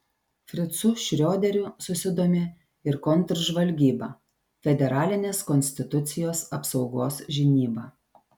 fricu šrioderiu susidomi ir kontržvalgyba federalinės konstitucijos apsaugos žinyba